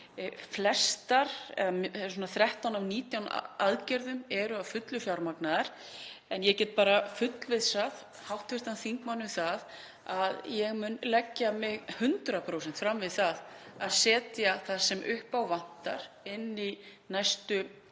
Flestar, eða 13 af 19 aðgerðum, eru að fullu fjármagnaðar en ég get fullvissað hv. þingmann um að ég mun leggja mig 100% fram við að setja það sem upp á vantar inn í næstu